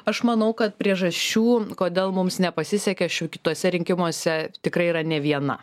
aš manau kad priežasčių kodėl mums nepasisekė kituose rinkimuose tikrai yra ne viena